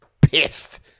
Pissed